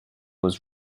was